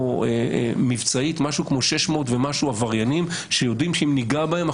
מבצעית סומנו בסביבות 600 ומשהו עבריינים שיודעים שאם ניגע בהם,